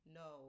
no